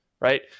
right